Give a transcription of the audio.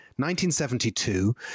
1972